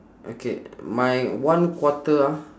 okay my one quarter ah